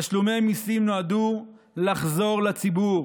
תשלומי מיסים נועדו לחזור לציבור